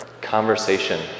conversation